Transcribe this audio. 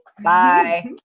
Bye